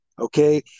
Okay